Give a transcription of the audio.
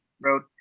Road